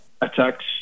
attacks